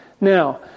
Now